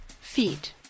Feet